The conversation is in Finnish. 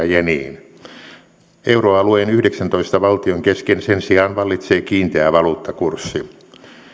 jeniin euroalueen yhdeksäntoista valtion kesken sen sijaan vallitsee kiinteä valuuttakurssi